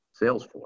salesforce